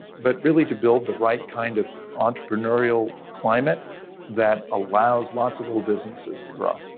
but really to build the right kind of entrepreneurial climate that allows lots of little businesses to grow.